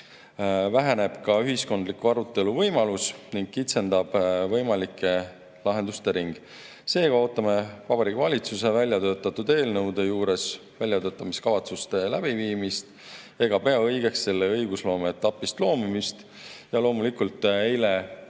Väheneb ka ühiskondliku arutelu võimalus ning kitseneb võimalike lahenduste ring. Seega ootame Vabariigi Valitsuse väljatöötatud eelnõude juures väljatöötamiskavatsusi ega pea õigeks sellest õigusloomeetapist loobumist. Loomulikult